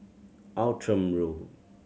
Outram Road